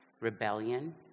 rebellion